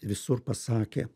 visur pasakė